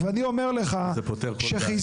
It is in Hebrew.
וזה פותר כל בעיה.